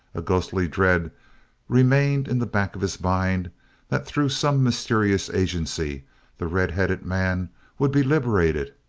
a ghostly dread remained in the back of his mind that through some mysterious agency the red-headed man would be liberated,